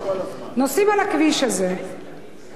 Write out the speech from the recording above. נוסעים על הכביש הזה ובעצם,